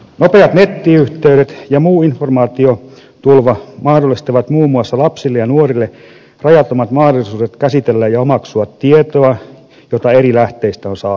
nopeat nettiyhteydet ja muu informaatiotulva mahdollistavat muun muassa lapsille ja nuorille rajattomat mahdollisuudet käsitellä ja omaksua tietoa jota eri lähteistä on saatavilla